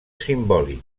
simbòlic